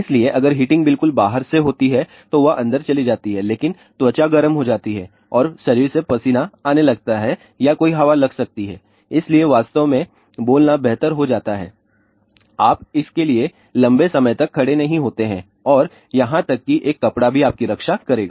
इसलिए अगर हीटिंग बिल्कुल बाहर से होती है तो वह अंदर चली जाती है लेकिन त्वचा गर्म हो जाती है और शरीर से पसीना आने लगता है या कोई हवा लग सकती है इसलिए वास्तव में बोलना बेहतर हो जाता है आप इसके लिए लम्बे समय तक खड़े नहीं होते हैं और यहां तक कि एक कपड़ा भी आपकी रक्षा करेगा